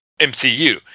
mcu